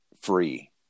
free